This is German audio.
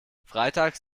freitags